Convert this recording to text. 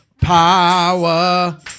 power